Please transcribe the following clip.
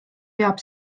peab